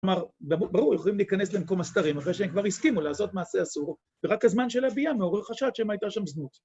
‫כלומר, ברור, יכולים להיכנס ‫למקום הסתרים, ‫אחרי שהם כבר הסכימו לעשות ‫מעשה אסור, ‫ורק הזמן של הביאה, ‫מעורר חשד שמא הייתה שם זנות.